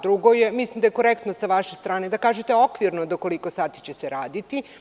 Drugo je, mislim da je korektno sa vaše strane da kažete okvirno do koliko sati će se raditi.